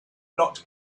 not